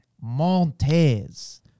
Montez